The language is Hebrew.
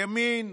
ימין,